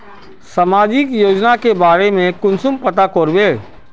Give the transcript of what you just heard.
सामाजिक योजना के बारे में कुंसम पता करबे?